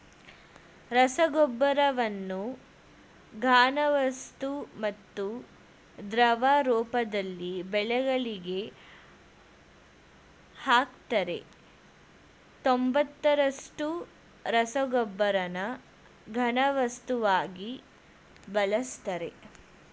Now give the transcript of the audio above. ರಸಗೊಬ್ಬರವನ್ನು ಘನವಸ್ತು ಮತ್ತು ದ್ರವ ರೂಪದಲ್ಲಿ ಬೆಳೆಗಳಿಗೆ ಹಾಕ್ತರೆ ತೊಂಬತ್ತರಷ್ಟು ರಸಗೊಬ್ಬರನ ಘನವಸ್ತುವಾಗಿ ಬಳಸ್ತರೆ